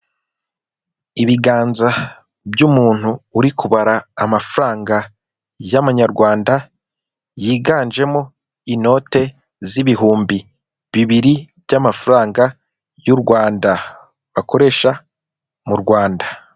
Ibiganza by'umuntu uri kubara amafaranga y'amanyarwanda yiganjemo inote z'ibihumbi bibiri by'amafaranga y'u Rwanda bakoresha mu Rwanda